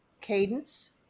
cadence